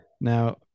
Now